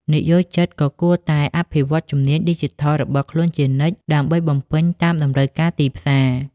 និយោជិតក៏គួរតែ អភិវឌ្ឍជំនាញឌីជីថល របស់ខ្លួនជានិច្ច ដើម្បីបំពេញតាមតម្រូវការទីផ្សារ។